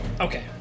okay